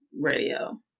radio